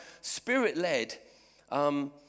spirit-led